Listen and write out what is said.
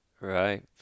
Right